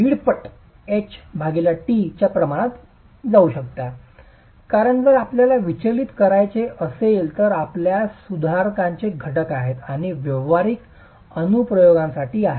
5 पट h t च्या प्रमाणात जाऊ शकता कारण जर आपल्याला विचलित करायचे असेल तर आपल्यास सुधारण्याचे घटक आहेत आणि ते व्यावहारिक अनुप्रयोगांसाठी आहे